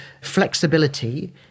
flexibility